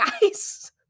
guy's